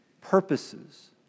purposes